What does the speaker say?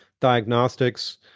diagnostics